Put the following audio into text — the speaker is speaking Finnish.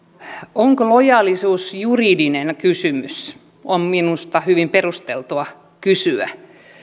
onko lojaalisuus juridinen kysymys sitä on minusta hyvin perusteltua kysyä